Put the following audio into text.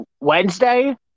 Wednesday